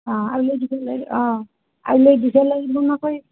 অঁ আউলেই দি ফেলে অঁ আউলেও দি ফেলেই এনাকেই